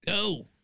go